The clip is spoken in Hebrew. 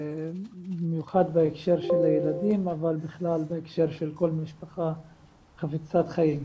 במיוחד בהקשר של ילדים אבל בכלל בהקשר של כל משפחה חפצת חיים.